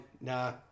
Nah